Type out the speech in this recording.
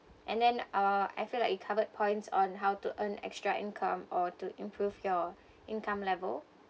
and then uh I feel like you covered points on how to earn extra income or to improve your income level